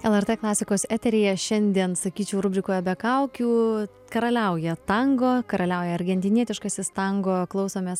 lrt klasikos eteryje šiandien sakyčiau rubrikoje be kaukių karaliauja tango karaliauja argentinietiškasis tango klausomės